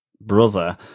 brother